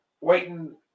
waiting